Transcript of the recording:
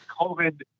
COVID